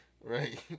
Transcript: Right